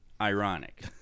ironic